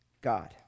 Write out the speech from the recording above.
God